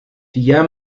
dia